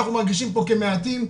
אנחנו מרגישים פה כמעטים.